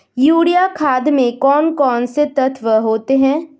Urea खाद में कौन कौन से तत्व होते हैं?